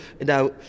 Now